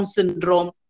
Syndrome